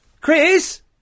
Chris